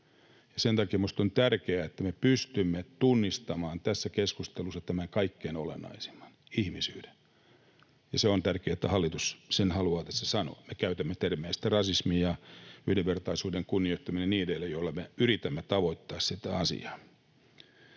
sen takia minusta on tärkeää, että me pystymme tunnistamaan tässä keskustelussa tämän kaikkein olennaisimman, ihmisyyden, ja se on tärkeää, että hallitus sen haluaa tässä sanoa. Me käytämme termejä rasismi ja yhdenvertaisuuden kunnioittaminen ja niin edelleen, joilla me yritämme tavoittaa sitä asiaa.